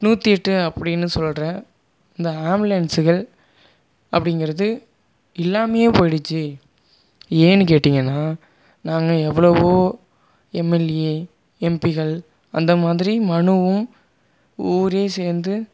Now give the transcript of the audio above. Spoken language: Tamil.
நூற்றி எட்டு அப்ப்டின்னு சொல்கிற இந்த ஆம்புலன்ஸுகள் அப்படிங்கிறது இல்லாமலே போயிடுச்சு ஏன்னு கேட்டீங்கன்னா நாங்கள் எவ்வளவோ எம்எல்ஏ எம்பிகள் அந்த மாதிரி மனுவும் ஊரே சேர்ந்து